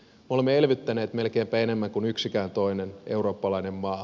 me olemme elvyttäneet melkeinpä enemmän kuin yksikään toinen eurooppalainen maa